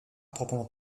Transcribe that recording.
proprement